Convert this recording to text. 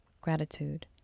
gratitude